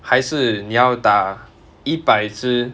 还是你要打一百只